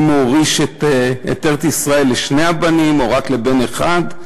האם הוא הוריש את ארץ-ישראל לשני הבנים או רק לבן אחד,